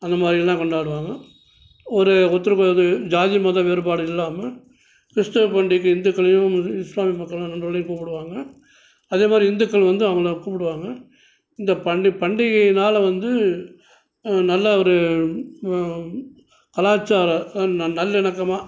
அந்த மாதிரி தான் கொண்டாடுவாங்க ஒரு ஒருத்தருக்கு ஓ இது ஜாதி மத வேறுபாடு இல்லாமல் கிறிஸ்துவம் பண்டிகைக்கு இந்துக்களையும் மு இஸ்லாமிய மக்களும் சொல்லி கூப்புடுவாங்க அதே மாதிரி இந்துக்கள் வந்து அவங்கள கூப்புடுவாங்க இந்த பண்டி பண்டிகையினால் வந்து நல்ல ஒரு ம கலாச்சார ந நல்லிணக்கமாக